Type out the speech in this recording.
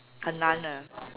很难 ah